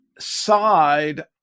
side